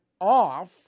off